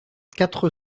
quatre